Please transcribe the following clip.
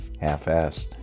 half-assed